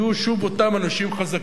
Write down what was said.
יהיו שוב אותם אנשים חזקים.